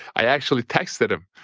i actually texted him.